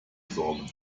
sorgen